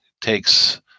takes